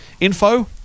info